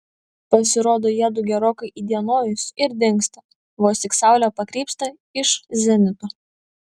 pasirodo jiedu gerokai įdienojus ir dingsta vos tik saulė pakrypsta iš zenito